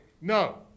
No